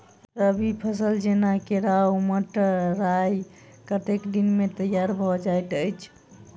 रबी फसल जेना केराव, मटर, राय कतेक दिन मे तैयार भँ जाइत अछि?